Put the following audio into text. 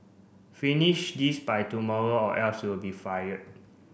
finish this by tomorrow or else you'll be fired